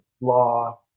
law